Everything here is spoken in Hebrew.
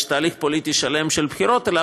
ויש תהליך פוליטי שלם של בחירות אליו,